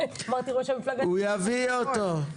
אמרתי שראש המפלגה שלך ישפיע עליו.